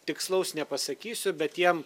tikslaus nepasakysiu bet jiem